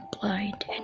blind